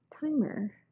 timer